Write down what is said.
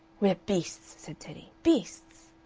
we're beasts, said teddy. beasts!